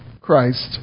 Christ